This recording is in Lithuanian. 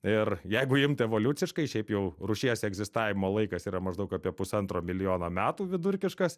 ir jeigu imt evoliuciškai šiaip jau rūšies egzistavimo laikas yra maždaug apie pusantro milijono metų vidurkiškas